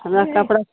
हमरा कपड़ा